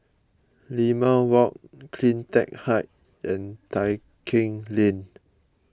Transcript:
Limau Walk CleanTech Height and Tai Keng Lane